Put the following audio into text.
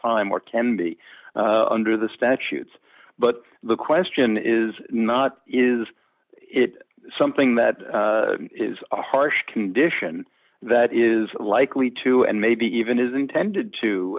time or can be under the statutes but the question is not is it something that is a harsh condition that is likely to and maybe even is intended to